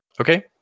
Okay